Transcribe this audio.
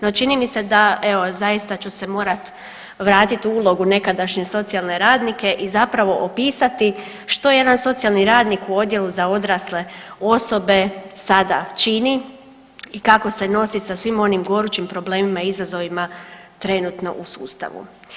No činjenica da evo zaista ću se morat vratit u ulogu nekadašnje socijalne radnice i zapravo opisati što jedan socijalni radnik u odjelu za odrasle osobe sada čini i kako se nosi sa svim onim gorućim problemima i izazovima trenutno u sustavu.